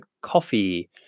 coffee